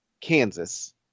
Kansas